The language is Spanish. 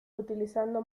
utilizando